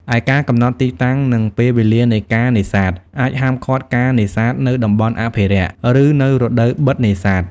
ឯ ការកំណត់ទីតាំង និងពេលវេលានៃការនេសាទ អាចហាមឃាត់ការនេសាទនៅតំបន់អភិរក្ស ឬនៅរដូវបិទនេសាទ។